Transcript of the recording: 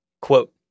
quote